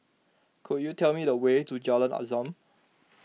could you tell me the way to Jalan Azam